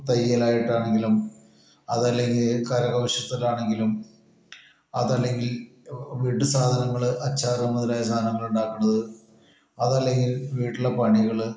തയ്യലായിട്ടാണെങ്കിലും അതല്ലെങ്കിൽ കരകൗശലത്തിലാണെങ്കിലും അതല്ലങ്കിൽ വീട്ടുസാധനങ്ങള് അച്ചാറ് മുതലായ സാധനങ്ങള് ഉണ്ടാക്കണത് അതല്ലങ്കില് വീട്ടിലെ പണികള്